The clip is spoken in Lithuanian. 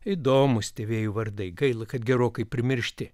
įdomūs tie vėjų vardai gaila kad gerokai primiršti